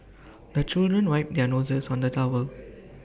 the children wipe their noses on the towel